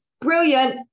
brilliant